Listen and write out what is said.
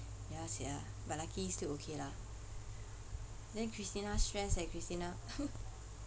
ya sia but lucky still okay lah then christina stress eh christina